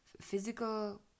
physical